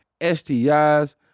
STIs